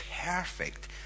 perfect